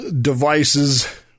devices